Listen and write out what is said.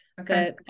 Okay